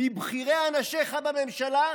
מבכירי אנשיך בממשלה,